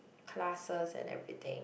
classes and everything